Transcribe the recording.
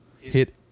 hit